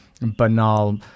banal